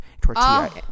tortilla